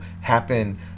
happen